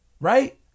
right